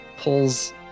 pulls